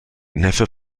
neffe